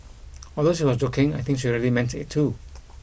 although she was joking I think she really meant it too